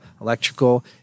electrical